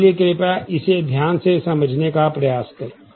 इसलिए कृपया इसे ध्यान से समझने का प्रयास करें